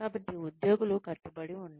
కాబట్టి ఉద్యోగులు కట్టుబడి ఉన్నారు